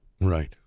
Right